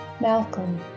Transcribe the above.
Malcolm